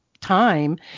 time